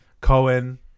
Cohen